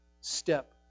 step